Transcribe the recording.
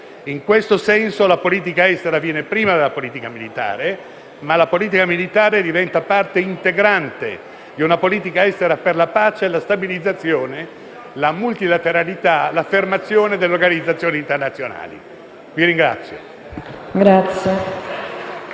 In questo senso, la politica estera viene prima della politica militare, ma la politica militare diventa parte integrante di una politica estera per la pace, la stabilizzazione, la multilateralità e l'affermazione delle organizzazioni internazionali. *(Applausi